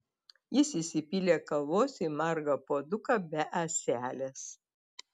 jis įsipylė kavos į margą puoduką be ąselės